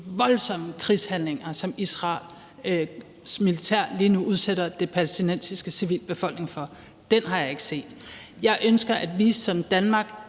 voldsomme krigshandlinger, som Israels militær lige nu udsætter den palæstinensiske civilbefolkning for. Det har jeg ikke set. Jeg ønsker, at vi som Danmark